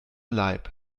leib